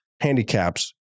handicaps